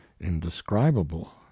indescribable